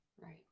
Right